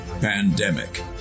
Pandemic